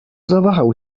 zawahał